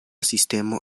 sistemo